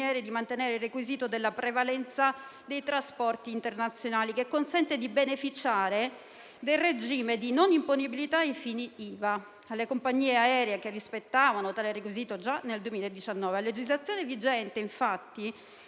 aeree di mantenere il requisito della prevalenza dei trasporti internazionali, consentendo di beneficiare del regime di non imponibilità ai fini IVA alle compagnie aeree che rispettavano tale requisito già nel 2019. A legislazione vigente, infatti,